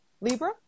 Libra